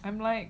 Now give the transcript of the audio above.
I'm like